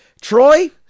Troy